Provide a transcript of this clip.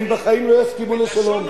הם בחיים לא יסכימו לשלום,